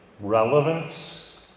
Relevance